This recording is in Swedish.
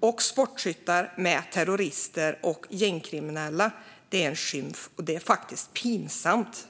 och sportskyttar med terrorister och gängkriminella är en skymf, och det är faktiskt pinsamt.